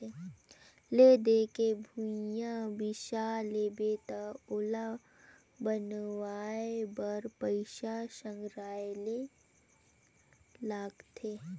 ले दे के भूंइया बिसा लेबे त ओला बनवाए बर पइसा संघराये ले लागथे